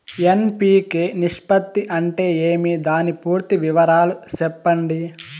NPK నిష్పత్తి అంటే ఏమి దాని పూర్తి వివరాలు సెప్పండి?